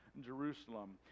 Jerusalem